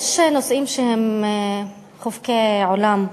יש נושאים שהם חובקי עולם,